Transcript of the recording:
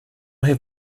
have